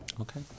Okay